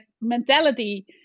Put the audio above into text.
mentality